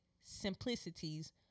simplicities